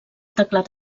teclat